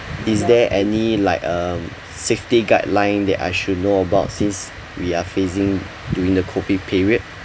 is there any like um safety guideline that I should know about since we are facing during the COVID period